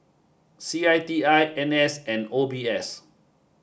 C I T I N S and O B S